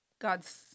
God's